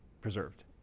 preserved